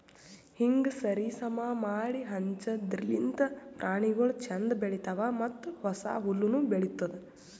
ಹೀಂಗ್ ಸರಿ ಸಮಾ ಮಾಡಿ ಹಂಚದಿರ್ಲಿಂತ್ ಪ್ರಾಣಿಗೊಳ್ ಛಂದ್ ಬೆಳಿತಾವ್ ಮತ್ತ ಹೊಸ ಹುಲ್ಲುನು ಬೆಳಿತ್ತುದ್